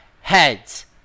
heads